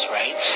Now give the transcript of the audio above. right